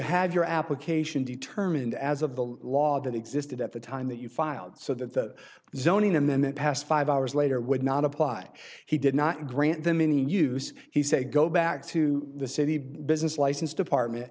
have your application determined as of the law that existed at the time that you filed so that zoning and then the past five hours later would not apply he did not grant them any use he said go back to the city business license department